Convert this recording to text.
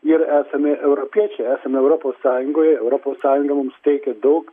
ir esame europiečiai esame europos sąjungoje europos sąjunga mums suteikia daug